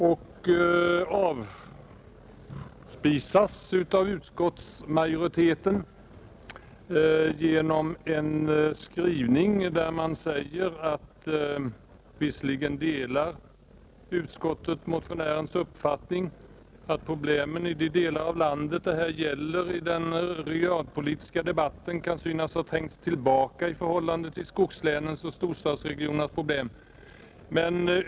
Den avspisas av utskottsmajoriteten, som i sin skrivning säger: ”Utskottet delar motionärernas uppfattning att problemen i de delar av landet det här gäller i den regionalpolitiska debatten kan synas ha trängts tillbaka i förhållande till skogslänens och storstadsregionernas problem.